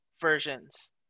versions